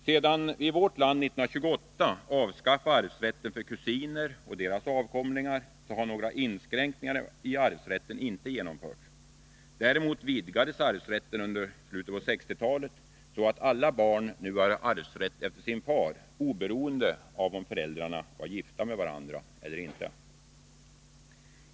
Sedan vi i vårt land 1928 avskaffade arvsrätten för kusiner och deras avkomlingar har några inskränkningar i arvsrätten inte genomförts. Däremot vidgades arvsrätten under slutet av 1960-talet, så att alla barn nu har arvsrätt efter sin far, oberoende av om föräldrarna var gifta med varandra eller inte.